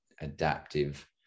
adaptive